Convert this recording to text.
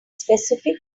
specific